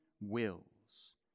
wills